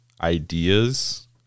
ideas